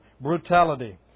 brutality